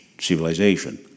civilization